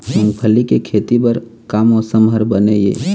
मूंगफली के खेती बर का मौसम हर बने ये?